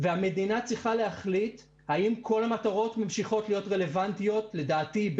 והמדינה צריכה להחליט האם כל המטרות ממשיכות להיות רלוונטיות לדעתי,